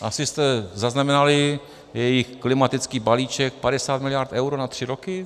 Asi jste zaznamenali jejich klimatický balíček, 50 miliard eur na tři roky?